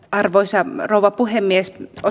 arvoisa rouva puhemies